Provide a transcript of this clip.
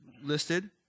listed